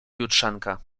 jutrzenka